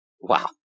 Wow